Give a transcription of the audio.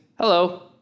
hello